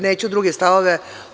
Neću druge stavove.